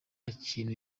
n’ikintu